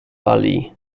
ali